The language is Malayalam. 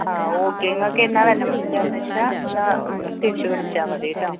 ആ ഓക്കെ ഇങ്ങൾക്ക് എന്നാണ് വരാൻ പറ്റുവാന്ന് വെച്ചാൽ എന്നാൽ തിരിച്ച് വിളിച്ചാൽ മതീട്ടോ